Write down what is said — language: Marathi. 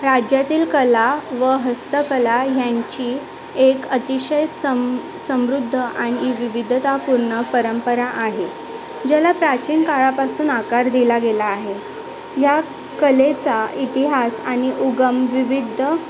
राज्यातील कला व हस्तकला ह्यांची एक अतिशय संम समृद्ध आणि विविधतापूर्ण परंपरा आहे ज्याला प्राचीन काळापासून आकार दिला गेला आहे या कलेचा इतिहास आणि उगम विविध